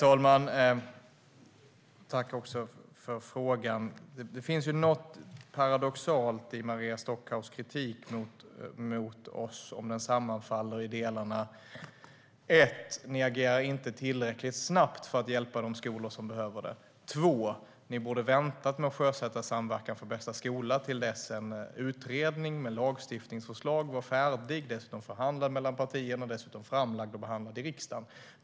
Herr talman! Tack för frågorna! Det finns något paradoxalt i Maria Stockhaus kritik mot oss. För det första agerar vi inte tillräckligt snabbt för att hjälpa skolorna. För det andra borde vi ha väntat med att sjösätta Samverkan för bästa skola till dess en utredning med lagstiftningsförslag var färdig, dessutom förhandlad mellan partierna och dessutom framlagd och behandlad i riksdagen.